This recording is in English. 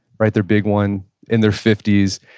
write their big one in their fifty s.